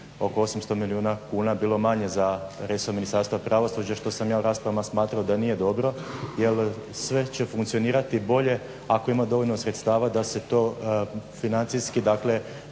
oko 800 milijuna kuna bilo manje za resorno Ministarstvo pravosuđa što sam ja u raspravama smatrao da nije dobro jer sve će funkcionirati bolje ako ima dovoljno sredstava da se to financijski dakle